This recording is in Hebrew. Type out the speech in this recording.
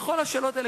בכל השאלות האלה,